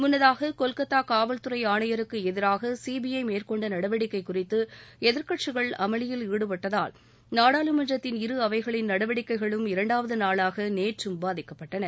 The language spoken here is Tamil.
முன்னதாக கொல்கத்தா காவல்துறை ஆணையருக்கு எதிராக சிபிற மேற்கொண்ட நடவடிக்கை குறித்து எதிர்க்கட்சிகள் அமளியில் ஈடுபட்டதால் நாடாளுமன்றத்தின் இரு அவைகளின் நடவடிக்கைகளும் இரண்டாவது நாளாக நேற்றும் பாதிக்கப்பட்டன